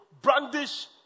brandish